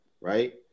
right